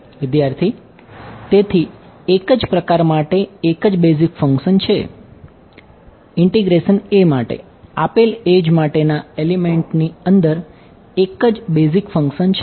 વિદ્યાર્થી તેથી એક જ પ્રકાર માટે એક જ બેઝિક ફંક્શન છે